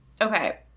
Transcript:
Okay